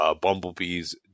bumblebees